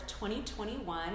2021